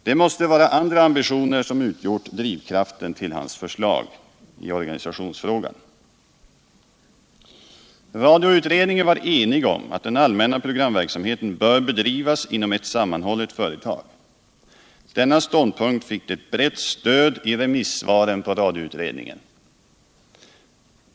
Det måste vara andra ambitioner som utgjort drivkraften till hans förslag i organisationsfrågan. Radioutredningen var enig om att den allmänna programverksamheten bör bedrivas inom ett sammanhållet företag. Denna ståndpunkt fick också ett brett stöd i remissvaren på radioutredningen.